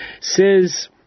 Says